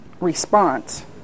response